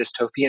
dystopian